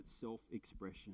self-expression